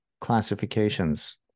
classifications